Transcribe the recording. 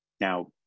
Now